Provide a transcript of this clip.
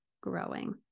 growing